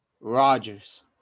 Rodgers